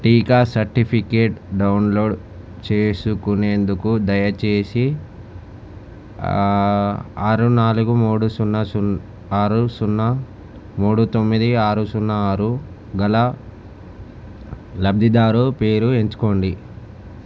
టీకా certificate download చేసుకునేందుకు దయచేసి ఆరు నాలుగు మూడు సున్నా ఆరు సున్నా మూడు తొమ్మిది ఆరు సున్నా ఆరు గల లబ్ధిదారు పేరు ఎంచుకోండి